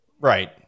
right